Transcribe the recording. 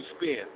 spend